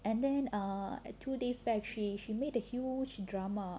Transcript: and then err at two days back she made a huge drama